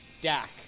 Dak